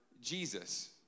Jesus